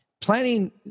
Planning